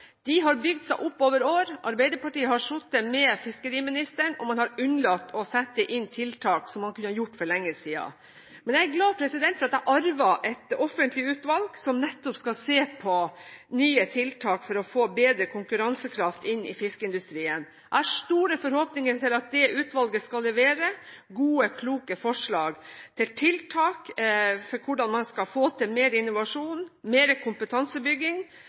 de oppsto i går. De har bygd seg opp over år. Arbeiderpartiet har sittet med fiskeriministeren, og man har unnlatt å sette inn tiltak som man kunne satt inn for lenge siden. Men jeg er glad for at jeg arvet et offentlig utvalg som nettopp skal se på nye tiltak for å få bedre konkurransekraft inn i fiskeindustrien. Jeg har store forhåpninger til at det utvalget skal levere gode, kloke forslag til tiltak for hvordan man skal få til mer innovasjon og mer kompetansebygging.